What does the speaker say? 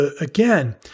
again